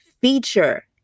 feature